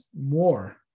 more